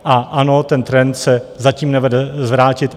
A ano, ten trend se zatím nevede zvrátit.